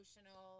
emotional